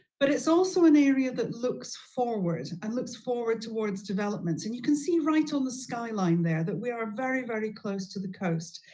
but it's also an area that looks forward, and looks forward towards development. and you can see right on the sky line there that we are very, very close to the coast,